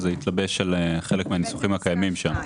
אז זה התלבש על חלק מהניסוחים הקיימים שם.